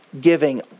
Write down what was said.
giving